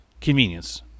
convenience